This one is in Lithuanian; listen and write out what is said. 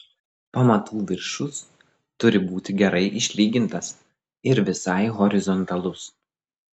pamatų viršus turi būti gerai išlygintas ir visai horizontalus